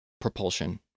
propulsion